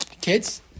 kids